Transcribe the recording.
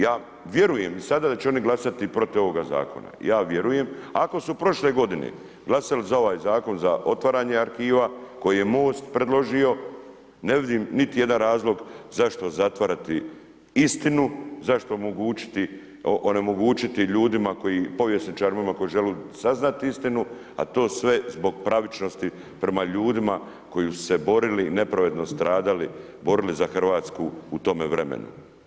Ja vjerujem i sada da će oni glasati protiv ovoga zakona, ja vjerujem ako su prošle godine glasali za ovaj zakon za otvaranje arhiva koji je Most predložio, ne vidim niti jedan razlog zašto zatvarati istinu, zašto onemogućiti ljudima, povjesničarima koji žele saznati istinu, a to sve zbog pravičnosti prema ljudima koji su se borili, nepravedno stradali, borili za Hrvatsku u tome vremenu.